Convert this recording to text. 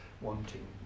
wanting